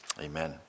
Amen